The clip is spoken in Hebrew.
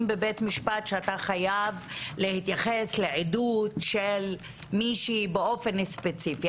בבית משפט שאתה חייב להתייחס לעדות של מישהי באופן ספציפי.